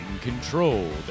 controlled